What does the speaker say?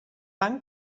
van